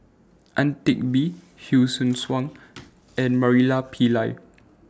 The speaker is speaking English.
Ang Teck Bee Hsu Tse Kwang and Murali Pillai